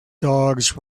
dogs